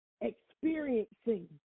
experiencing